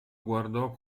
guardò